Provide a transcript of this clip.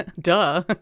Duh